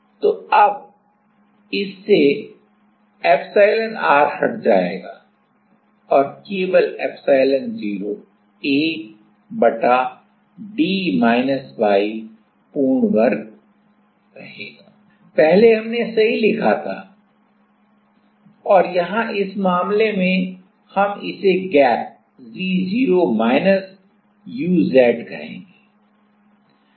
तो तो इससे एप्सिलॉनr हट जाएगा और यह केवल एप्सिलॉन0 A बटा d माइनस y पूर्ण वर्ग बन जाता है पहले हमने सही लिखा था और यहाँ इस मामले में हम इसे गैप g0 माइनस uz कहेंगे